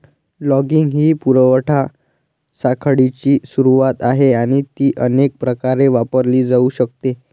logging ही पुरवठा साखळीची सुरुवात आहे आणि ती अनेक प्रकारे वापरली जाऊ शकते